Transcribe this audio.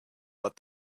but